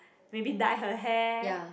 maybe dye her hair